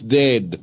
dead